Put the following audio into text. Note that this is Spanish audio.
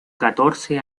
catorce